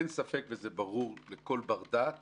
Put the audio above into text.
אין ספק וזה ברור לכל בר דעת